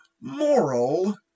moral